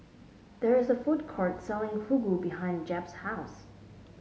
there is a food court selling Fugu behind Jep's house